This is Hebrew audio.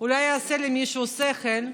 אולי יעשה למישהו שכל.